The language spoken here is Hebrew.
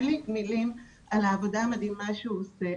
אין לי מילים על העבודה המדהימה שהוא עושה.